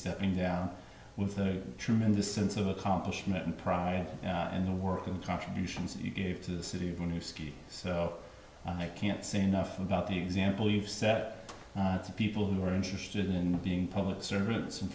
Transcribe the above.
stepping down with the tremendous sense of accomplishment and pride in the work and contributions you gave to the city of new city so i can't say enough about the example you've set of people who are interested in being public servants and